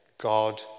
God